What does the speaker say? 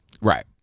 Right